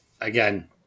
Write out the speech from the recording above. Again